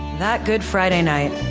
that good friday night,